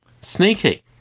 Sneaky